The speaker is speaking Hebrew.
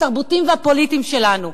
התרבותיים והפוליטיים שלנו.